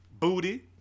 Booty